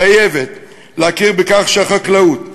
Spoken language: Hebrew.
חייבת להכיר בכך שהחקלאות,